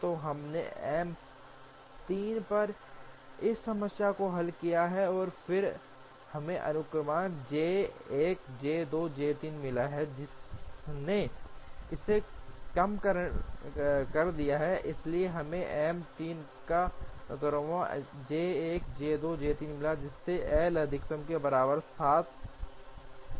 तो हमने M 3 पर इस समस्या को हल किया और फिर हमें अनुक्रम J 1 J 2 J 3 मिला जिसने इसे कम कर दिया इसलिए हमें M 3 पर अनुक्रम J 1 J 2 J 3 मिला जिसमें L अधिकतम के बराबर 7 था